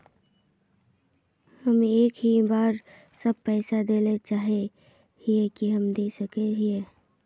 हम एक ही बार सब पैसा देल चाहे हिये की हम दे सके हीये?